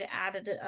added